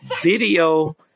video